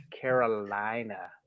Carolina